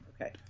Okay